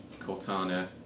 Cortana